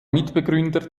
mitbegründer